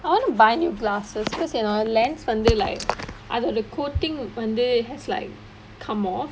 I want to buy new glasses bebecause என்னோட:ennoda lens வந்து:vanthu like அதோட:athoda coating வந்து:vanthu has like come off